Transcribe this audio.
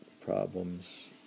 Problems